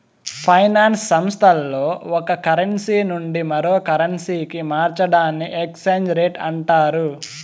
finance సంస్థల్లో ఒక currency నుండి మరో కరెన్సీకి మార్చడాన్ని ఎక్స్చేంజ్ రేట్ అంటారు